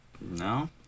No